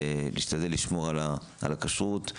ונשתדל לשמור על הכשרות.